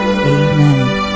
Amen